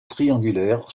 triangulaire